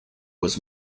was